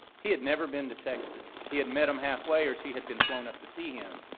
he had never been to texas. he had met them halfway, or she had been flown up to see him.